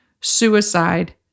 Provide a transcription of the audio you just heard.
suicide